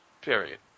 Period